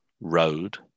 road